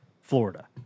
Florida